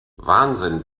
wahnsinn